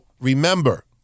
remember